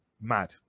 mad